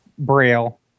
braille